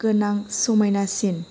गोनां समायनासिन